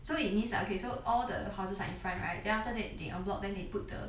so it means like okay so all the houses are in front right then after that they en bloc then they put the